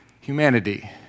humanity